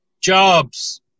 jobs